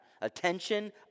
Attention